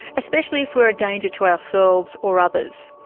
especially if we are a danger to ourselves or others.